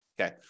Okay